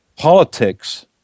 Politics